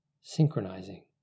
synchronizing